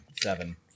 Seven